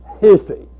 history